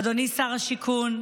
אדוני שר השיכון,